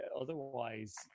otherwise